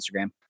Instagram